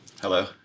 Hello